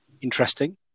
interesting